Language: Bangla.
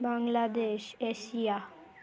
বাংলাদেশ এশিয়া